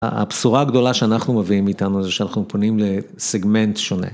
הבשורה הגדולה שאנחנו מביאים איתנו זה שאנחנו מפונים לסגמנט שונה.